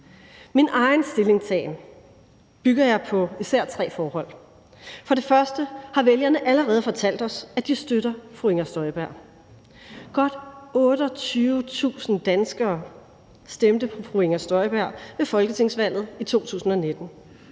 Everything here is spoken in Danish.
Min egen stillingtagen bygger jeg på især tre forhold: For det første har vælgerne allerede fortalt os, at de støtter fru Inger Støjberg. Godt 28.000 danskere stemte på fru Inger Støjberg ved folketingsvalget i 2019,